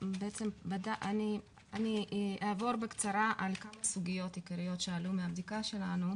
אני אעבור בקצרה על כמה סוגיות עיקריות שעלו מהבדיקה שלנו,